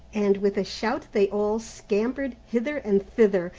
and with a shout they all scampered hither and thither,